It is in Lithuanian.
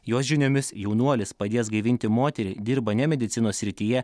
jos žiniomis jaunuolis padėjęs gaivinti moterį dirba ne medicinos srityje